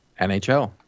nhl